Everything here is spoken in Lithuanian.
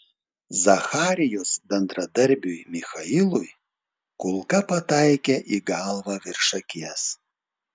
zacharijos bendradarbiui michailui kulka pataikė į galvą virš akies